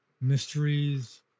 mysteries